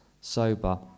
sober